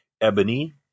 ebony